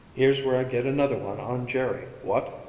here's where i get another one on jerry what?